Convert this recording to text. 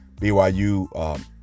BYU